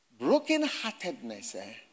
brokenheartedness